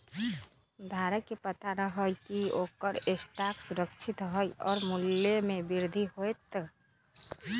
धारक के पता रहा हई की ओकर स्टॉक सुरक्षित हई और मूल्य में वृद्धि होतय